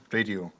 Radio